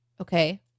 okay